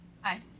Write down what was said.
Hi